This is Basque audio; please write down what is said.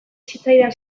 zitzaidan